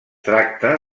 tracta